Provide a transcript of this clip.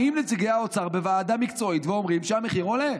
באים נציגי האוצר בוועדה מקצועית ואומרים שהמחיר עולה.